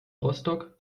rostock